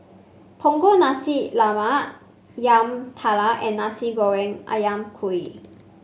Punggol Nasi Lemak Yam Talam and Nasi Goreng ayam Kunyit